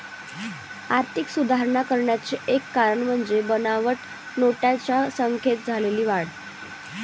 आर्थिक सुधारणा करण्याचे एक कारण म्हणजे बनावट नोटांच्या संख्येत झालेली वाढ